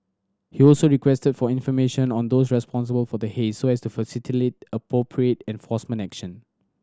he also requested for information on those responsible for the haze so as to appropriate enforcement action